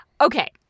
Okay